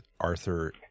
Arthur